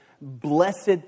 blessed